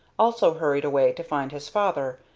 also hurried away to find his father,